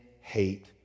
hate